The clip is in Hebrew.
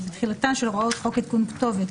ותחילתן של הוראות חוק עדכון כתובת,